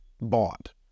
bought